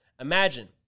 Imagine